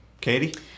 Katie